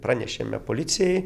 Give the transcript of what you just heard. pranešėme policijai